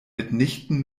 mitnichten